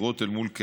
של